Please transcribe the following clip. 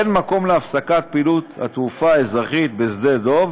אין מקום להפסקת פעילות התעופה האזרחית בשדה-דב